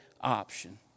option